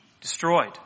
destroyed